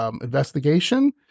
investigation